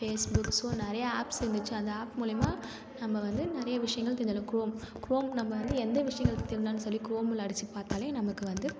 Facebook so நிறைய apps இருந்துச்சி அந்த ஆப் மூலியமாக நம்ப வந்து நிறைய விஷயங்கள் தெரிஞ்சுக்கலாம் குரோம் குரோம் நம்ப வந்து எந்த விஷயங்கள் தெரியலைனு சரி குரோமில் அடிச்சு பார்த்தாலே நம்மளுக்கு வந்து